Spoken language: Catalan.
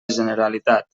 generalitat